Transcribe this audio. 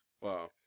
Wow